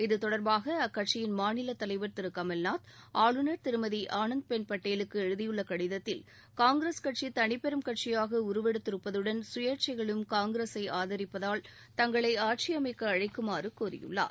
இத்தொடர்பாக அக்கட்சியின் மாநிலத் தலைவர் திரு கமல்நாத் ஆளுநர் திருமதி ஆனந்த்பென் பட்டேலுக்கு எழுதியுள்ள கடிதத்தில் காங்கிரஸ் கட்சி தனிப்பெரும் கட்சியாக உருவெடுத்திருப்பதுடன் சுயேச்சைகளும் காங்கிரஸை ஆதரிப்பதால் தங்களை ஆட்சி அமைக்க அழைக்குமாறு கோரியுள்ளார்